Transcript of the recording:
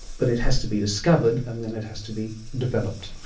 but it has to be discovered and then it has to be developed.